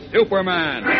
Superman